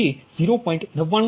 જે થી e221